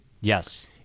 yes